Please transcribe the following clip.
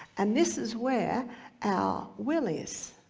and this is where our will is.